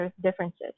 differences